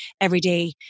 everyday